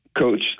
Coach